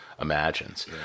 imagines